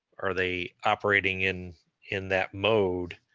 are they operating in in that mode?